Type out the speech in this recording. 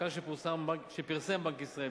מחקר שפרסם בנק ישראל,